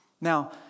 Now